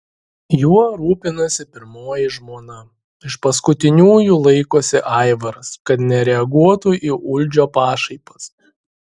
juo rūpinasi pirmoji žmona iš paskutiniųjų laikosi aivaras kad nereaguotų į uldžio pašaipas